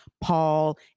paul